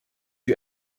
you